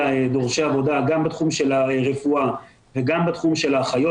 דורשי עבודה גם בתחום של הרפואה וגם בתחום של האחיות,